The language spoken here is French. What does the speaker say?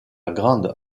grande